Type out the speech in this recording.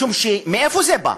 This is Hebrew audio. משום, מאיפה זה בא?